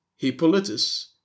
Hippolytus